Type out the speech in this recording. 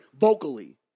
vocally